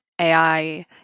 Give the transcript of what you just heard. AI